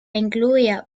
incluía